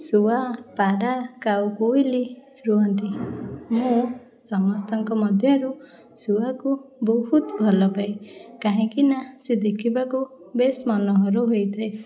ଶୁଆ ପାରା କାଉ କୋଇଲି ରୁହନ୍ତି ମୁଁ ସମସ୍ତଙ୍କ ମଧ୍ୟରୁ ଶୁଆକୁ ବହୁତ ଭଲପାଏ କାହିଁକି ନା ସେ ଦେଖିବାକୁ ବେଶ୍ ମନୋହର ହୋଇଥାଏ